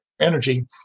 energy